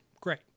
great